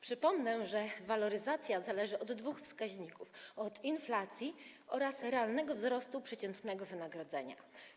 Przypomnę, że waloryzacja zależy od dwóch wskaźników: inflacji oraz realnego wzrostu przeciętnego wynagrodzenia.